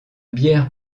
bière